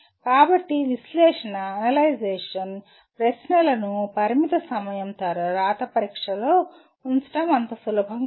కాబట్టి విశ్లేషణఅనలైజ్ ప్రశ్నలను పరిమిత సమయం రాత పరీక్షలో ఉంచడం అంత సులభం కాదు